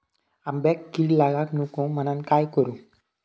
आंब्यक कीड लागाक नको म्हनान काय करू?